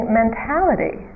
mentality